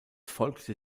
folgte